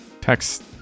text